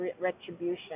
retribution